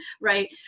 right